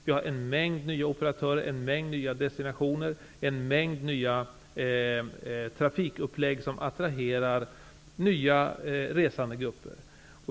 Vi har en mängd nya operatörer, en mängd nya destinationer och en mängd nya trafikupplägg som attraherar nya resandegrupper.